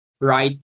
right